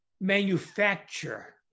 manufacture